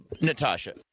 Natasha